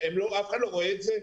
אף אחד לא רואה את זה?